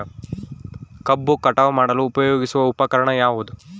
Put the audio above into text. ಕಬ್ಬು ಕಟಾವು ಮಾಡಲು ಉಪಯೋಗಿಸುವ ಉಪಕರಣ ಯಾವುದು?